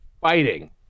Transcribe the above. fighting